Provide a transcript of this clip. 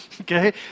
Okay